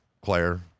Claire